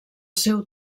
seu